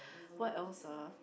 what else ah